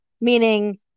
meaning